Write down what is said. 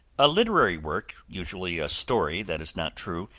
a literary work, usually a story that is not true,